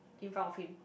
in front of him